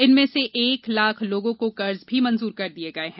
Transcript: इनमें से एक लाख लोगों को कर्ज भी मंजूर कर दिए गए हैं